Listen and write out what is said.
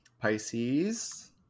Pisces